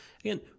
again